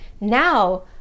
now